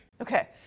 Okay